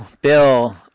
Bill